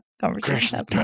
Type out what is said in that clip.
conversation